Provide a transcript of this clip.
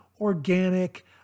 organic